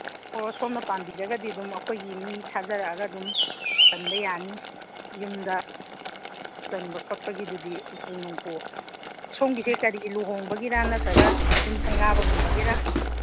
ꯑꯣ ꯁꯣꯝꯅ ꯄꯥꯝꯕꯤꯔꯒꯗꯤ ꯑꯗꯨꯝ ꯑꯩꯈꯣꯏꯒꯤ ꯃꯤ ꯊꯥꯖꯔꯛꯑꯒ ꯑꯗꯨꯝ ꯆꯟꯕ ꯌꯥꯅꯤ ꯌꯨꯝꯗ ꯆꯟꯕ ꯈꯣꯠꯄꯒꯤꯗꯨꯗꯤ ꯎꯄꯨ ꯅꯨꯡꯄꯨ ꯁꯣꯝꯒꯤꯁꯦ ꯀꯔꯤ ꯂꯨꯍꯣꯡꯕꯒꯤꯔꯥ ꯅꯠꯇ꯭ꯔꯒ ꯌꯨꯝ ꯁꯪꯒꯥꯕꯒꯨꯝꯕꯒꯤꯔꯥ